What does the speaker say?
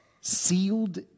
sealed